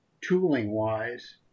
tooling-wise